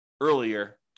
earlier